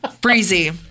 Breezy